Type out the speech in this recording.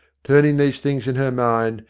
turning these things in her mind,